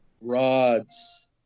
rods